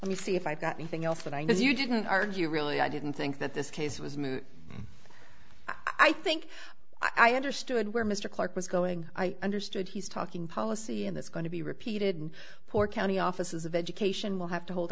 let me see if i got anything else that i know you didn't argue really i didn't think that this case was i think i understood where mr clarke was going i understood he's talking policy and that's going to be repeated poor county offices of education will have to hold